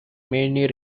many